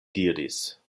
diris